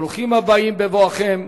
ברוכים הבאים בבואכם,